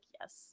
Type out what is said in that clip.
Yes